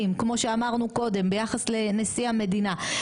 כמו שאמרנו קודם ביחס לנשיא המדינה,